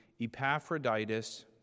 Epaphroditus